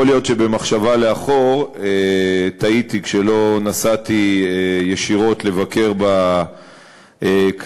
יכול להיות שבמחשבה לאחור טעיתי כשלא נסעתי ישירות לבקר בכנסייה.